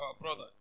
brother